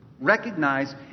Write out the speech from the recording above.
recognize